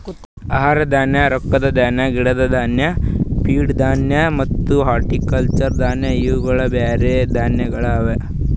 ಆಹಾರ ಧಾನ್ಯ, ರೊಕ್ಕದ ಧಾನ್ಯ, ಗಿಡದ್ ಧಾನ್ಯ, ಫೀಡ್ ಧಾನ್ಯ ಮತ್ತ ಹಾರ್ಟಿಕಲ್ಚರ್ ಧಾನ್ಯ ಇವು ಬ್ಯಾರೆ ಧಾನ್ಯಗೊಳ್ ಅವಾ